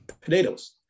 Potatoes